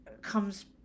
comes